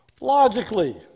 logically